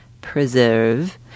Preserve